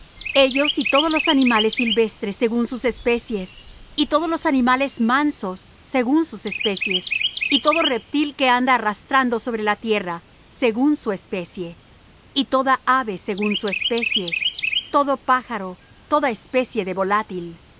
ellos y todos los animales silvestres según sus especies y todos los animales mansos según sus especies y todo reptil que anda arrastrando sobre la tierra según su especie y toda ave según su especie todo pájaro toda especie de volátil